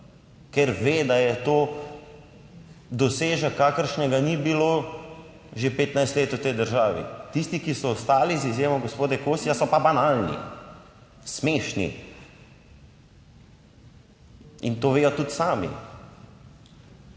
ker ve, da je to dosežek, kakršnega ni bilo že 15 let v tej državi. Tisti, ki so ostali, z izjemo gospoda Kosija, so pa banalni, smešni, in to vedo tudi sami.